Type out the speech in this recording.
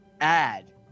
add